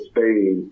Spain